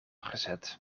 gezet